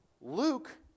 Luke